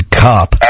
cop